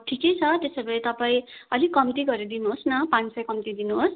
ठिकै छ त्यसो भए तपाईँ अलिक कम्ती गरेर दिनु होस् न पाँच सय कम्ती दिनु होस्